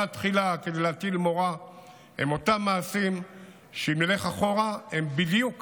תחילה כדי להטיל מורא הם אותם מעשים שאם נלך אחורה הם בדיוק